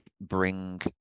bring